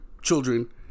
Children